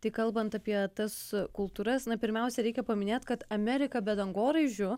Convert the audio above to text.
tai kalbant apie tas kultūras na pirmiausia reikia paminėt kad amerika be dangoraižių